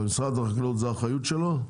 אבל משרד החקלאות זו האחריות שלו.